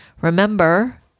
Remember